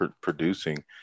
producing